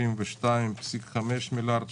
452.5 מיליארד שקלים.